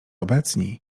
obecni